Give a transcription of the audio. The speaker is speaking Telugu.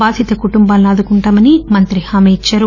బాధిత కుటుంబాలను ఆదుకుంటామని మంత్రి హామీ ఇద్చారు